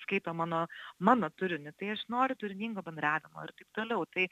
skaito mano mano turinį tai aš noriu turiningo bendravimo ir taip toliau tai